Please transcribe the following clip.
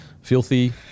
filthy